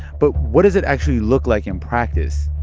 but what does it actually look like in practice?